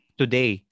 today